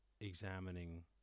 Examining